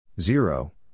Zero